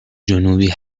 جنوبی